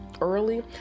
early